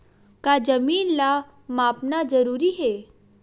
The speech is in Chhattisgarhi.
का जमीन ला मापना जरूरी हे?